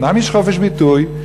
אומנם יש חופש ביטוי,